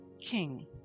king